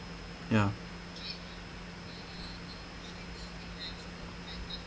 ya